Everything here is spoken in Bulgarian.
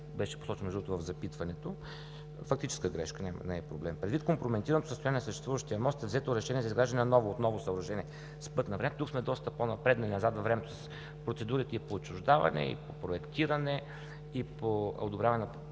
другото, в запитването – фактическа грешка, не е проблем. Предвид компрометираното състояние на съществуващия мост е взето решение за изграждане на ново съоръжение. Тук сме доста по-напреднали назад във времето с процедурите и по отчуждаване, и по проектиране, и по одобряване на